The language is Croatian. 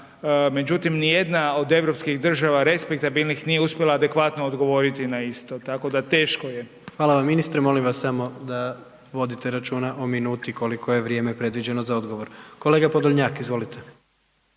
međutim niti jedna od europskih država respektabilnih nije uspjela adekvatno odgovoriti na isto, tako da teško je. **Jandroković, Gordan (HDZ)** Hvala vam ministre, molim vas da vodite računa o minuti koliko je vrijeme predviđeno za odgovor. Kolega Podolnjak, izvolite.